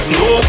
no